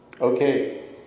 Okay